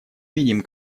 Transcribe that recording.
видим